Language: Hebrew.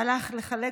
הלך לחלק